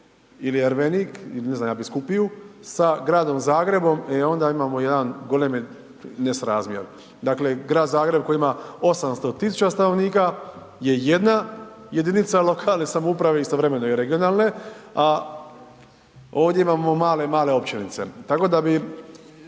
ili Ervenik ili ne znam Biskupiju, sa Gradom Zagrebom, e onda imamo jedan golemi nesrazmjer. Dakle, Grad Zagreb koji ima 800 000 stanovnika je jedna jedinica lokalne samouprave istovremeno i regionalne, a ovdje imamo male, male općinice, tako da bi